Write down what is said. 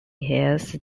his